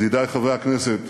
ידידי חברי הכנסת,